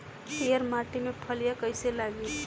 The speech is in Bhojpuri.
पीयर माटी में फलियां कइसे लागी?